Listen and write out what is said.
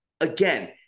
again